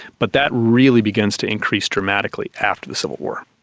but that really begins to increase dramatically after the civil war.